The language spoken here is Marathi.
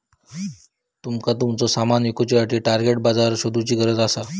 तुमका तुमचा सामान विकुसाठी टार्गेट बाजार शोधुची गरज असा